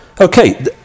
Okay